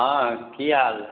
हँ की हाल